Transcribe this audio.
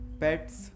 pets